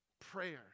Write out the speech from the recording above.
prayer